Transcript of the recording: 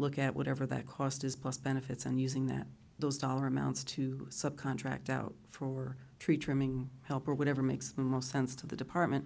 look at whatever that cost is plus benefits and using that those dollar amounts to subcontract out for tree trimming help or whatever makes the most sense to the department